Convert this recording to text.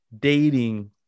dating